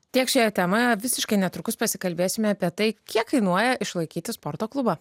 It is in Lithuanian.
tiek šia tema visiškai netrukus pasikalbėsime apie tai kiek kainuoja išlaikyti sporto klubą